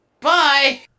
Bye